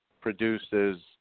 produces